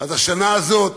אז השנה הזאת